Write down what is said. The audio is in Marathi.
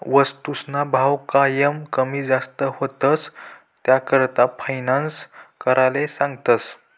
वस्तूसना भाव कायम कमी जास्त व्हतंस, त्याकरता फायनान्स कराले सांगतस